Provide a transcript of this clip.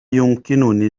يمكنني